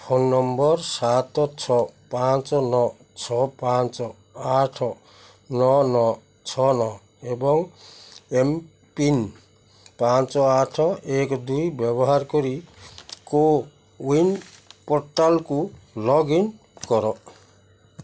phone number ସାତ ଛଅ ପାଞ୍ଚ ନଅ ଛଅ ପାଞ୍ଚ ଆଠ ନଅ ନଅ ଛଅ ନଅ ଏବଂ ଏମ୍ ପିନ୍ ପାଞ୍ଚ ଆଠ ଏକ ଦୁଇ ବ୍ୟବହାର କରି କୋୱିନ୍ ପୋର୍ଟାଲକୁ ଲଗ୍ ଇନ୍ କର